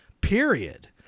period